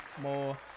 more